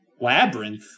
Labyrinth